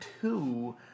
two